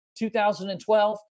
2012